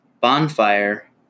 bonfire